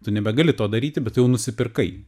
tu nebegali to daryti bet tu jau nusipirkai